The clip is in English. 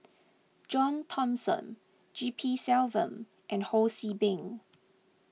John Thomson G P Selvam and Ho See Beng